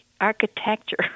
architecture